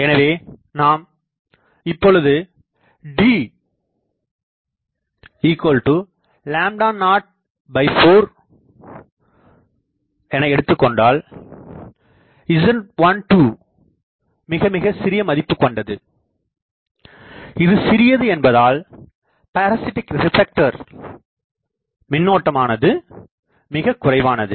எனவே நாம் இப்பொழுது d04 எடுத்துக்கொண்டால் Z12 மிக மிக சிறிய மதிப்புகொண்டது இது சிறியது என்பதால் பரசிட்டிக் ரிப்ளெக்டர் மின்னோட்டம்ஆனது மிகக் குறைவானது